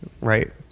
right